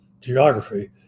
geography